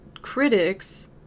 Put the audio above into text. critics